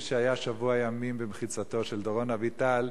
כמי שהיה שבוע ימים במחיצתו של דורון אביטל,